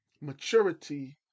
maturity